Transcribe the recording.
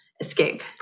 escape